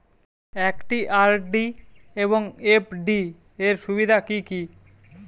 একটি আর.ডি এবং এফ.ডি এর সুবিধা কি কি?